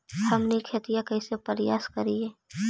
हमनी खेतीया कइसे परियास करियय?